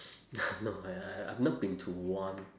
no I I have not been to one